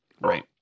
right